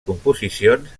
composicions